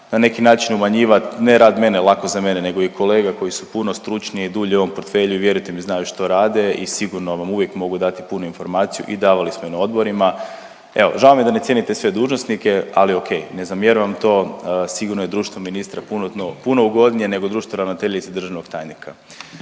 na neki način umanjivat, ne rad mene, lako za mene nego i kolega koji su puno stručniji i dulje u ovom portfelju i vjerujte mi znaju što rade i sigurno vam uvijek mogu dati punu informaciju i davali smo je na odborima. Evo žao mi je da ne cijenite sve dužnosnike ali ok ne zamjeram vam to, sigurno je društvo ministra puno ugodnije nego društvo ravnateljice i državnog tajnika.